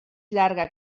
llarga